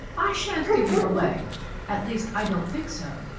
i shan't give you away at least i don't think so,